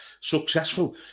successful